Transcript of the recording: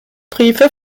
briefe